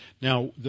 Now